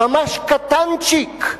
ממש קטנצ'יק,